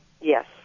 Yes